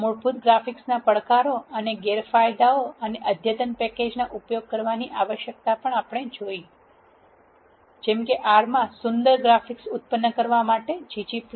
મૂળભૂત ગ્રાફિક્સના પડકારો અને ગેરફાયદાઓ અને અદ્યતન પેકેજોનો ઉપયોગ કરવાની આવશ્યકતા પણ આપણે જોઇ જેમ કે R માં સુંદર ગ્રાફિક્સ ઉત્પન્ન કરવા માટે ggplot2